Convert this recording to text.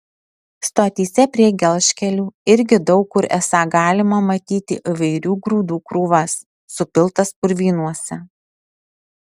stotyse prie gelžkelių irgi daug kur esą galima matyti įvairių grūdų krūvas supiltas purvynuose